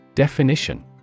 Definition